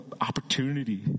opportunity